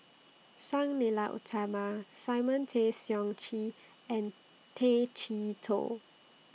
Sang Nila Utama Simon Tay Seong Chee and Tay Chee Toh